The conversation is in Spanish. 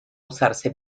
usarse